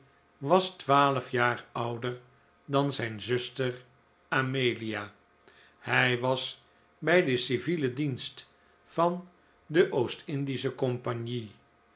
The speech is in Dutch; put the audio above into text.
was twaalf jaar ouder dan zijn zuster amelia hij was bij den civielen dienst van de oost-indische compagnie